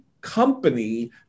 company